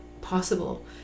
possible